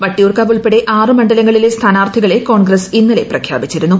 വട്ടിയൂർക്കാവ് ഉൾപ്പെടെ ആറ് മണ്ഡലങ്ങളിലെ സ്ഥാനാർത്ഥികളെ കോൺഗ്രസ് ഇന്നലെ പ്രഖ്യാപിച്ചിരുന്നു